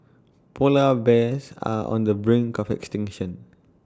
Polar Bears are on the brink of extinction